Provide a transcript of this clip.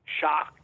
shocked